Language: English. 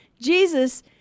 Jesus